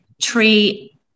treat